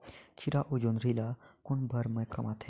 खीरा अउ जोंदरी ल कोन बेरा म कमाथे?